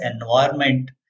environment